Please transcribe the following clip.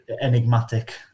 enigmatic